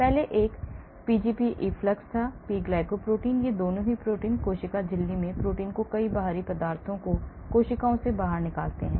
पहले एक Pgp efflux था P glucoprotein ये प्रोटीन हैं कोशिका झिल्ली में प्रोटीन जो कई बाहरी पदार्थों को कोशिकाओं से बाहर निकालता है